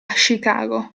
chicago